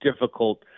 difficult